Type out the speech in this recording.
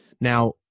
Now